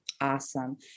Awesome